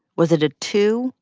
was it a two,